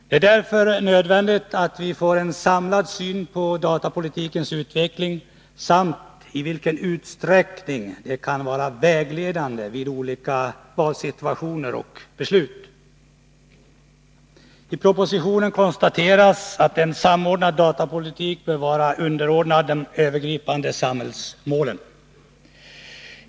Det är därför nödvändigt att vi får en samlad syn på datapolitikens utveckling samt i vilken utsträckning den kan vara vägledande vid olika valsituationer och beslut. I propositionen konstateras att en samordnad datapolitik bör vara underordnad de övergripande samhällsmålen.